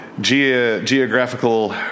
geographical